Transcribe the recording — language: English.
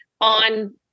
on